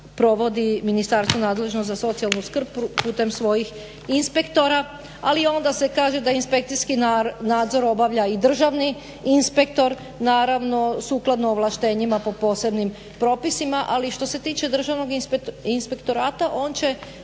provodi ministarstvo nadležno za socijalnu skrb putem svojih inspektora. Ali i onda se kaže da inspekcijski nadzor obavlja i državni inspektor, naravno sukladno ovlaštenjima po posebnim propisima. Ali što se tiče Državnog inspektorata on će